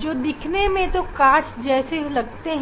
जो कि देखने में कांच जैसे लगते हैं